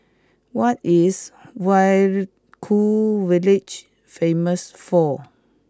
what is Vaiaku village famous for